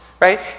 right